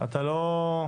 אני עוד לא שמעתי